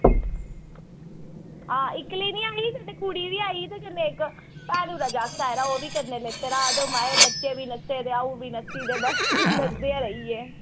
आं इक्कली निं आई ते कन्नै इक्क कुड़ी बी आई ते बच्चे बी लैते दे हे अंऊ बी नस्सी ते बस भी नसदे गै रेही गे